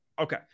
Okay